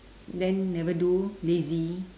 then never do lazy